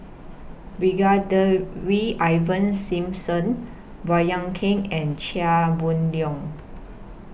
Brigadier Ivan Simson Baey Yam Keng and Chia Boon Leong